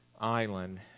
island